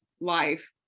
life